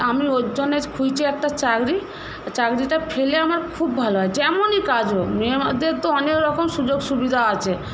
আমি ওর জন্যে খুঁজছি একটা চাকরি চাকরিটা পেলে আমার খুব ভালো হয় যেমনই কাজ হোক মেয়েদের তো অনেক রকম সুযোগ সুবিধা আছে